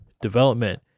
development